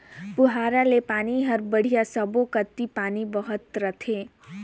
पुहारा ले पानी हर बड़िया सब्बो कति पानी बहत रथे